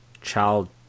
child